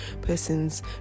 person's